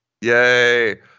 Yay